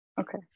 okay